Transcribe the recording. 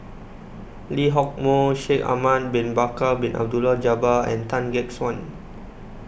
Lee Hock Moh Shaikh Ahmad Bin Bakar Bin Abdullah Jabbar and Tan Gek Suan